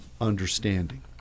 understanding